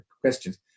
questions